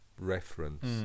reference